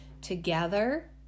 together